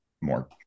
more